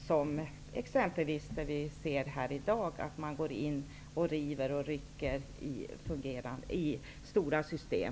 Ett exempel är hur vi alla i dag går in och river och rycker i dessa stora system.